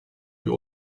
wir